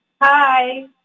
Hi